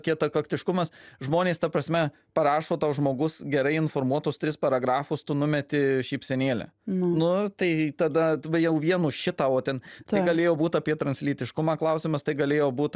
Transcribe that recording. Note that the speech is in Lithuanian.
kietakaktiškumas žmonės ta prasme parašo tau žmogus gerai informuotus tris paragrafus tu numeti šypsenėlę nu tai tada jau vien už šitą o ten tai galėjo būt apie translytiškumą klausimas tai galėjo būt